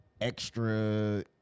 extra